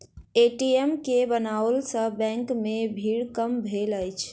ATM के बनओला सॅ बैंक मे भीड़ कम भेलै अछि